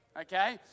okay